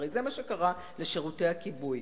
הרי זה מה שקרה לשירותי הכיבוי.